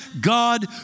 God